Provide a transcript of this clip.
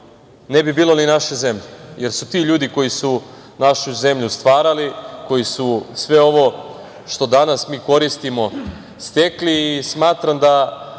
ne bi bilo ni naše zemlje, jer su ti ljudi koji su našu zemlju stvarali, koji su sve ovo što danas mi koristimo stekli i smatram sve